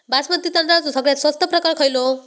बासमती तांदळाचो सगळ्यात स्वस्त प्रकार खयलो?